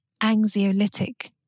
anxiolytic